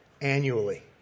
annually